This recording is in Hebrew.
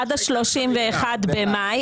עד ה-31 במאי.